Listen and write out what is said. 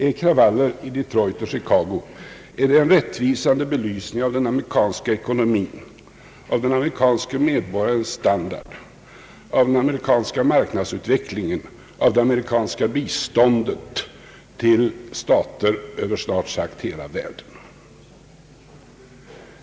Är kravaller i Detroit och Chicago en rättvisande belysning av den amerikanska ekonomin, av den amerikanske medborgarens standard, av den amerikans ka marknadsutvecklingen, av det amerikanska biståndet till stater över snart sagt hela världen?